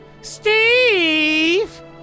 Steve